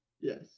yes